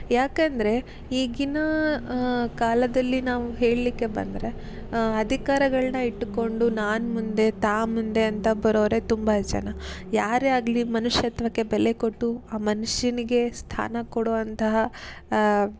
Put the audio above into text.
ಯಾಕೆಂದ್ರೆ ಈಗಿನ ಕಾಲದಲ್ಲಿ ನಾವು ಹೇಳಲಿಕ್ಕೆ ಬಂದರೆ ಅಧಿಕಾರಗಳನ್ನ ಇಟ್ಟುಕೊಂಡು ನಾನು ಮುಂದೆ ತಾ ಮುಂದೆ ಅಂತ ಬರೋವ್ರೆ ತುಂಬ ಜನ ಯಾರೇ ಆಗಲಿ ಮನುಷ್ಯತ್ವಕ್ಕೆ ಬೆಲೆಕೊಟ್ಟು ಆ ಮನುಷ್ಯನಿಗೆ ಸ್ಥಾನ ಕೊಡುವಂತಹ